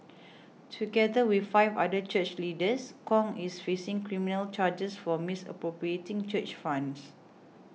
together with five other church leaders Kong is facing criminal charges for misappropriating church funds